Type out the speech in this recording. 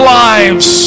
lives